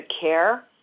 care